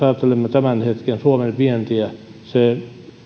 tämän hetken suomen vientiä se